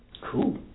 Cool